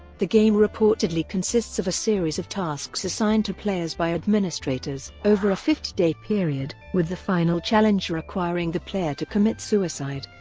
the game reportedly consists of a series of tasks assigned to players by administrators over a fifty day period, with the final challenge requiring the player to commit suicide.